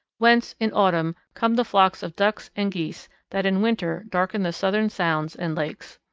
whence, in autumn, come the flocks of ducks and geese that in winter darken the southern sounds and lakes.